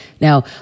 Now